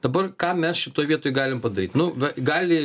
dabar ką mes šitoj vietoj galim padaryt nu va gali